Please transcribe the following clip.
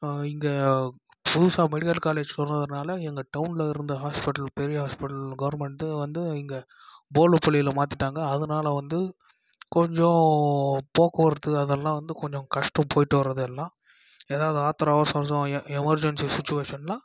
இங்கே புதுசாக medical college திறந்ததுனால எங்கள் டவுனில் இருந்த ஹாஸ்பிட்டல் பெரிய ஹாஸ்பிட்டல் கவர்மெண்ட் வந்து இங்கே போலுபுலியில மாற்றிட்டாங்க அதுனால வந்து கொஞ்சம் போக்குவரத்து அதெல்லாம் வந்து கொஞ்சம் கஷ்டம் போயிவிட்டு வர்றது எல்லாம் எதாவது ஆத்திரம் அவசரம் எமெர்ஜென்சி சுச்சிவேஷன்லான்